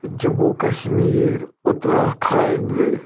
Jammu Kashmir Uttar کھنٛٛڈ